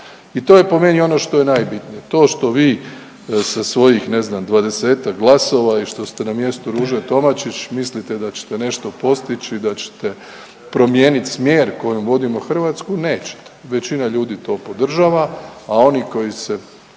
I to je po meni ono što je najbitnije. To što vi sa svojih ne znam 20-ak glasova i što ste na mjestu Ruže Tomašić mislite da ćete nešto postići, da ćete promijenit smjer kojim vodimo Hrvatsku, nećete. Većina ljudi to podržava, a oni koji se